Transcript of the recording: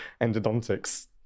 endodontics